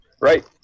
Right